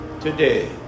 today